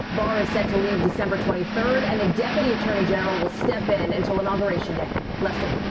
barr is set to leave december twenty third and deputy attorney general will step in until inauguration day. lester